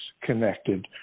connected